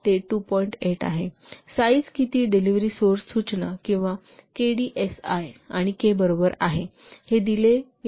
तर मोडसाठी साईज किती डिलीव्हरी सोर्स सूचना किंवा केडीएसआय आणि के बरोबर कॉन्स्टन्ट दिले आहे